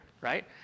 right